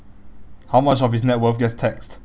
how much of his net worth gets taxed